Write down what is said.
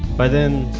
by then,